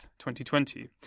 2020